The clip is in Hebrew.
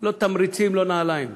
לא תמריצים, לא נעליים.